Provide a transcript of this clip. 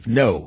no